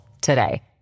today